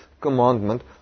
Commandment